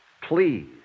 please